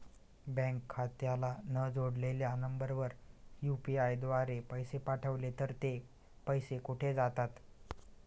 Bank खात्याला न जोडलेल्या नंबरवर यु.पी.आय द्वारे पैसे पाठवले तर ते पैसे कुठे जातात?